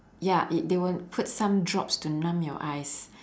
ya it they will put some drops to numb your eyes